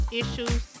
issues